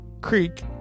creek